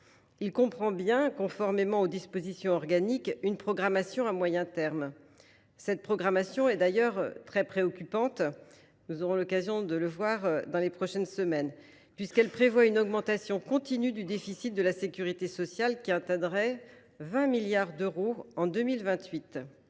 Il comporte bien, conformément aux dispositions organiques, une programmation à moyen terme, laquelle est d’ailleurs très préoccupante – nous aurons l’occasion d’en reparler dans les prochaines semaines –, puisqu’elle prévoit une augmentation continue du déficit de la sécurité sociale, qui atteindrait 20 milliards d’euros en 2028.